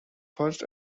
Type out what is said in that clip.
first